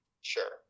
sure